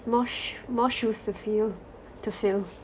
more sh~ more shoes to fill to fill